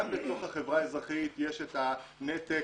גם בתוך החברה יש את הנתק,